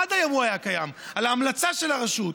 עד היום הוא היה קיים על ההמלצה של הרשות,